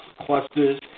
clusters